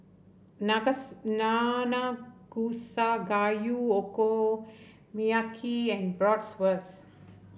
Nanakusa Gayu Okonomiyaki and Bratwurst